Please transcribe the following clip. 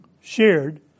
shared